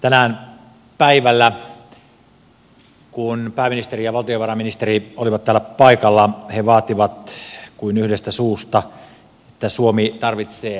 tänään päivällä kun pääministeri ja valtiovarainministeri olivat täällä paikalla he vaativat kuin yhdestä suusta että suomi tarvitsee ratkaisuja